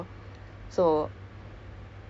ya that's like totally different